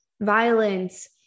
violence